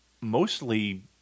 mostly